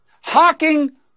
Hawking